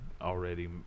already